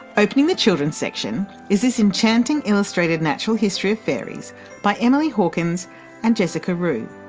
opening the children's section is this enchanting illustrated natural history of fairies by emily hawkins and jessica roux,